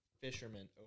fisherman